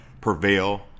prevail